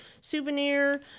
souvenir